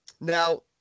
Now